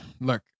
look